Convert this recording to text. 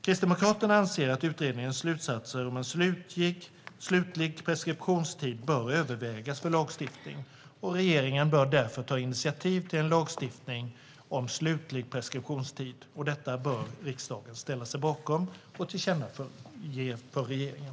Kristdemokraterna anser att utredningens slutsatser om en slutlig preskriptionstid bör övervägas för lagstiftning. Regeringen bör därför ta initiativ till en lagstiftning om slutlig preskriptionstid. Detta bör riksdagen ställa sig bakom och tillkännage för regeringen.